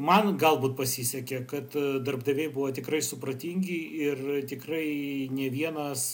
man galbūt pasisekė kad darbdaviai buvo tikrai supratingi ir tikrai nė vienas